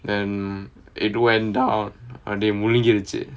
then it went down and முழ்கிடுச்சி:muligiduchi